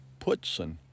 Putson